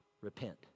repent